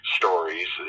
stories